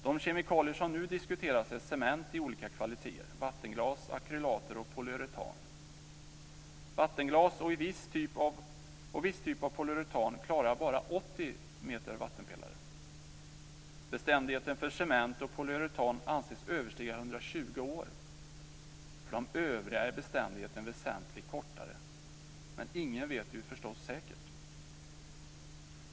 De kemikalier som nu diskuteras är cement i olika kvaliteter, vattenglas, akrylater och polyuretan. Vattenglas och viss typ av polyuretan klarar bara 80 meter vattenpelare. Beständigheten för cement och polyuretan anses överstiga 120 år. För de övriga är beständigheten väsentligt kortare, men ingen vet förstås säkert.